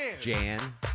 Jan